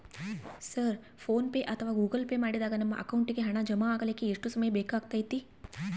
Sir PhonePe ಅಥವಾ Google Pay ಮಾಡಿದಾಗ ನಮ್ಮ ಅಕೌಂಟಿಗೆ ಹಣ ಜಮಾ ಆಗಲಿಕ್ಕೆ ಎಷ್ಟು ಸಮಯ ಬೇಕಾಗತೈತಿ?